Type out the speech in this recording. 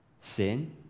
Sin